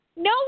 No